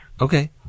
Okay